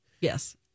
Yes